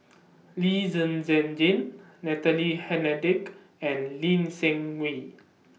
Lee Zhen Zhen Jane Natalie Hennedige and Lee Seng Wee